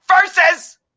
versus